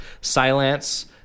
Silence